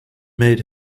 made